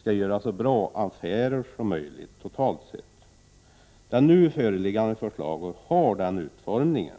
skall göra så bra affärer som möjligt totalt sett. Det nu föreliggande förslaget har den utformningen.